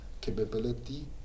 capability